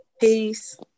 Peace